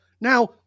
Now